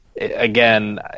again